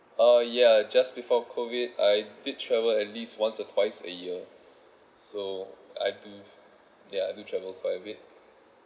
uh ya just before COVID I did travel at least once or twice a year so I do ya I do travel quite a bit